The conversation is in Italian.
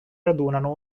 radunano